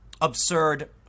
absurd